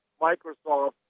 Microsoft